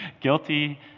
guilty